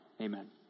Amen